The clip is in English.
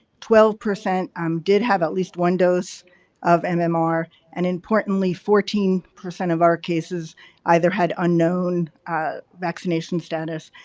twelve percent um did have at least one dose of and um mmr and importantly fourteen percent of our cases either had unknown vaccination status,